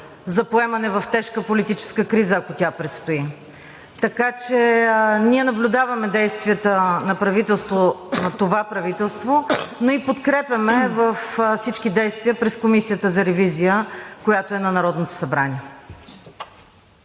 за поемане в тежка политическа криза, ако тя предстои? Ние наблюдаваме действията на това правителство, но и подкрепяме във всички действия през Комисията за ревизия, която е на Народното събрание.